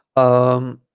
um